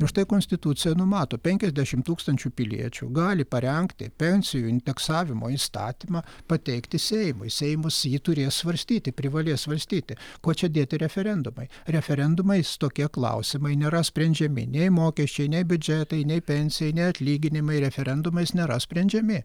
ir štai konstitucija numato penkiasdešimt tūkstančių piliečių gali parengti pensijų indeksavimo įstatymą pateikti seimui seimas jį turės svarstyti privalės svarstyti kuo čia dėti referendumai referendumais tokie klausimai nėra sprendžiami nei mokesčiai nei biudžetai nei pensijai nei atlyginimai referendumais nėra sprendžiami